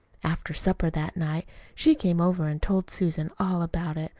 after supper that night she came over and told susan all about it.